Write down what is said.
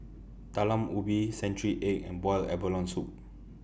Talam Ubi Century Egg and boiled abalone Soup